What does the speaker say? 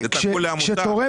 זה תקבול לעמותה.